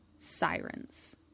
sirens